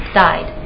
died